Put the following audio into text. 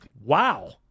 Wow